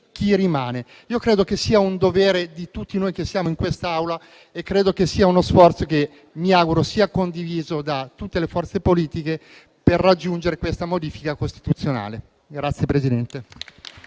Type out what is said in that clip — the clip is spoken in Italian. Io credo che sia un dovere di tutti noi che siamo in quest'Aula e uno sforzo che mi auguro sia condiviso da tutte le forze politiche per realizzare questa modifica costituzionale.